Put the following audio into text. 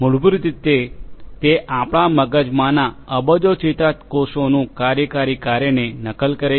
મૂળભૂત રીતે તે આપણા મગજમાના અબજો ચેતાકોષોનું કાર્યકારી કાર્યને નકલ કરે છે